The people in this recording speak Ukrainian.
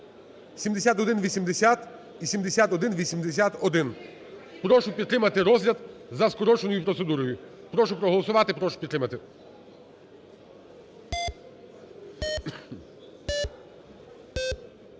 (7180 і 7181). Прошу підтримати розгляд за скороченою процедурою. Прошу проголосувати. Прошу підтримати.